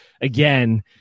again